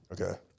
Okay